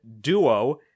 Duo